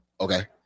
Okay